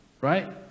Right